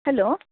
hello